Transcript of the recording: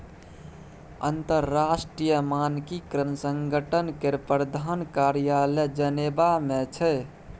अंतरराष्ट्रीय मानकीकरण संगठन केर प्रधान कार्यालय जेनेवा मे छै